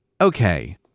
okay